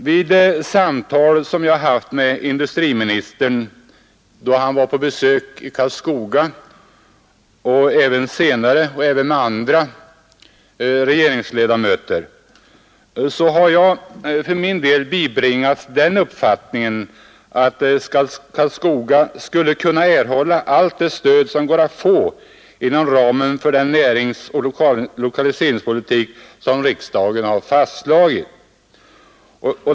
Vid samtal som jag haft med industriministern då han var på besök i Karlskoga och även senare, liksom vid samtal med andra regeringsledamöter, har jag bibringats den uppfattningen att Karlskoga skulle erhålla allt det stöd som går att få inom ramen för den näringsoch lokaliseringspolitik som riksdagen har fastslagit.